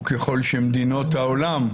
וככל שמדינות העולם,